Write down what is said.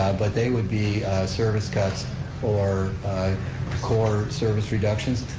but they would be service cuts or core service reductions.